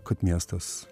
kad miestas